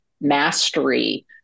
mastery